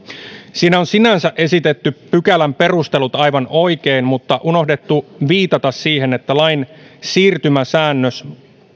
siinä on sinänsä esitetty pykälän perustelut aivan oikein mutta unohdettu viitata siihen että lain siirtymäsäännös